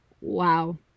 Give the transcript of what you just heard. Wow